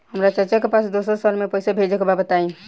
हमरा चाचा के पास दोसरा शहर में पईसा भेजे के बा बताई?